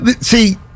see